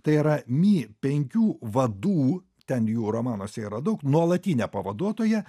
tai yra mi penkių vadų ten jų romanuose yra daug nuolatinė pavaduotoja